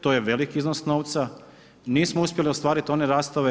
To je velik iznos novca, nismo uspjeli ostvariti one rastove.